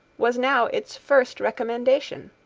was now its first recommendation.